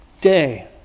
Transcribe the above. day